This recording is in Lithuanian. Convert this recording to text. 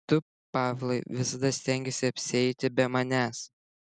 tu pavlai visada stengeisi apsieiti be manęs